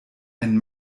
ein